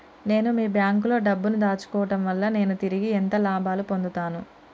నేను మీ బ్యాంకులో డబ్బు ను దాచుకోవటం వల్ల నేను తిరిగి ఎంత లాభాలు పొందుతాను?